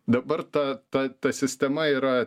dabar ta ta ta sistema yra